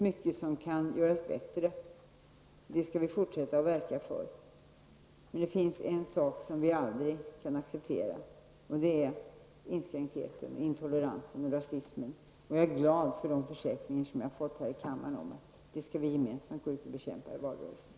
Mycket kan göras bättre, och det skall vi fortsätta att verka för. Något som vi aldrig kan acceptera är inskränktheten, intoleransen och rasismen. Jag är glad för de försäkringar som jag har fått här i kammaren om att sådana företeelser skall vi gemensamt gå ut och bekämpa i valrörelsen.